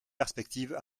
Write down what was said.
perspectives